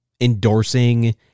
endorsing